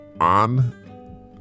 on